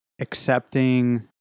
accepting